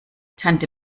tante